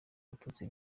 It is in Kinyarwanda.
abatutsi